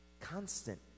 Constant